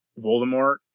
Voldemort